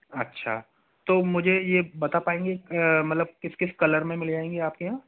अच्छा तो मुझे ये बता पाएंगे मतलब किस किस कलर में मिल जाएंगे आपके यहाँ